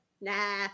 Nah